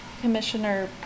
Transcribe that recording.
Commissioner